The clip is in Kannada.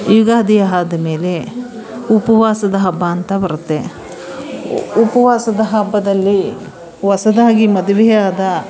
ಯುಗಾದಿ ಆದ್ಮೇಲೆ ಉಪವಾಸದ ಹಬ್ಬ ಅಂತ ಬರುತ್ತೆ ಉಪವಾಸದ ಹಬ್ಬದಲ್ಲಿ ಹೊಸದಾಗಿ ಮದುವೆಯಾದ